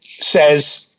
says